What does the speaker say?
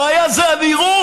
הבעיה זה הנראות.